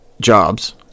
jobs